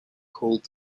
called